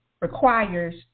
requires